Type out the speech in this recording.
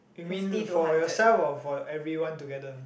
you mean for yourself or for everyone together